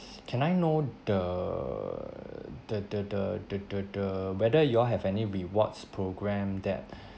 can I know the the the the the the the whether you all have any rewards program that